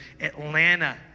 Atlanta